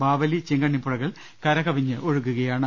ബാവലി ചീങ്കണ്ണിപുഴകൾ കരകവിഞ്ഞൊഴുകുകയാണ്